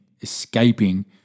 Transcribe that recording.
escaping